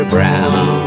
Brown